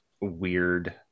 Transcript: weird